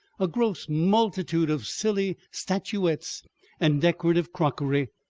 a gross multitude of silly statuettes and decorative crockery,